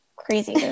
crazy